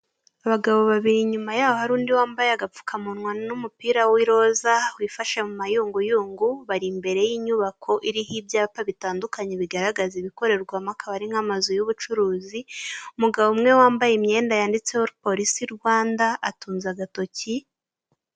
Abagabo babiri inyuma yaho hari undi wambaye agapfukamunwa n'umupira w'iroza wifashe mu mayunguyungu bari imbere y'inyubako iriho ibyapa bitandukanye bigaragaza ibikorerwamo akaba ari nk'amazu y'ubucuruzi umugabo umwe wambaye imyenda yanditseho polisi rwanda atunze agatoki